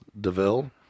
Deville